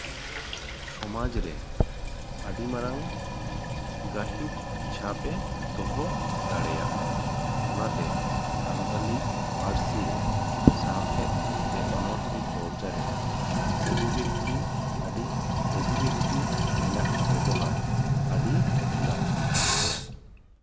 ᱥᱚᱢᱟᱡᱽ ᱨᱮ ᱟᱹᱰᱤ ᱢᱟᱨᱟᱝ ᱜᱟᱹᱦᱤᱨ ᱪᱷᱟᱯ ᱮ ᱫᱚᱦᱚ ᱫᱟᱲᱮᱭᱟᱜᱼᱟ ᱚᱱᱟᱛᱮ ᱥᱟᱱᱛᱟᱞᱤ ᱯᱟᱹᱨᱥᱤ ᱨᱮ ᱥᱟᱶᱦᱮᱫ ᱥᱮ ᱚᱱᱚᱲᱦᱮᱸ ᱪᱚᱨᱪᱟ ᱨᱮ ᱚᱵᱷᱤᱵᱮᱠᱛᱤ ᱟᱹᱰᱤ ᱚᱵᱷᱤᱵᱮᱠᱛᱤ ᱨᱮᱱᱟᱜ ᱵᱮᱵᱚᱦᱟᱨ ᱟᱹᱰᱤ ᱞᱟᱹᱠᱛᱤ ᱠᱟᱱ ᱜᱮᱭᱟ